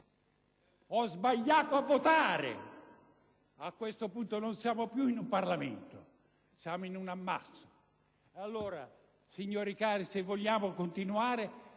erroneamente. A questo punto non siamo più in un Parlamento, ma in un ammasso. Allora, signori cari, se vogliamo continuare